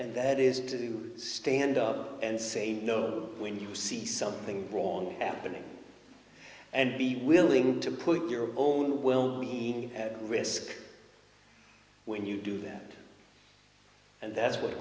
and that is to stand up and say no when you see something wrong happening and be willing to put your own well being at risk when you do that and that's what